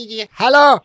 Hello